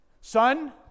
Son